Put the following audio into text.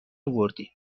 آوردین